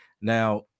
Now